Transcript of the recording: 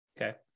Okay